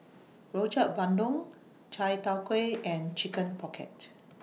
Rojak Bandung Chai Tow Kuay and Chicken Pocket